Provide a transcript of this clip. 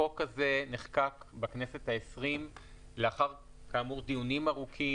החוק הזה נחקק בכנסת העשרים לאחר דיונים ארוכים.